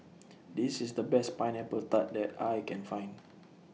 This IS The Best Pineapple Tart that I Can Find